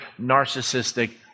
narcissistic